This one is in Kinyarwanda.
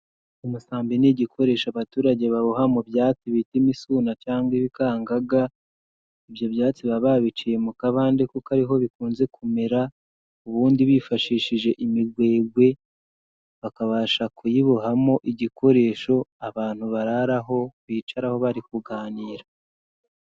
Umusambi ni igikoresho abaturage baboha mu byatsi, bita imisuna cyangwa ibikangaga, ibyo byatsi baba babiciye mu kabande kuko ariho bikunze kumera, ubundi bifashishije imigwegwe, bakabasha kuyibohamo igikoresho, abantu bararaho, bicaraho bari kuganira.